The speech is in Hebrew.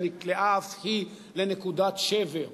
שנקלעה אף היא לנקודת שבר,